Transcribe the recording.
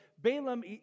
Balaam